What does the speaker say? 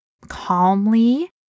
calmly